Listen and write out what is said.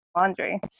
Laundry